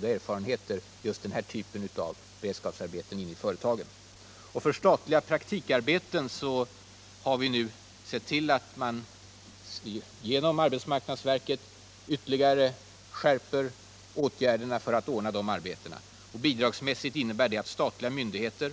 Denna typ av beredskapsarbeten inne i företagen har givit mycket goda erfarenheter. Vi har vidare genom arbetsmarknadsverket sett till att man ytterligare skärper åtgärderna för att ordna statliga praktikarbeten. Bidragsmässigt innebär det att statliga myndigheter